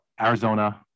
Arizona